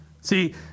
See